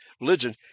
religion